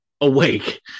awake